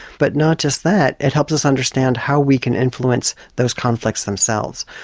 but not just that, it helps us understand how we can influence those conflicts themselves.